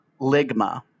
Ligma